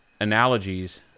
analogies